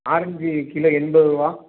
orange kilo எண்பது ரூவா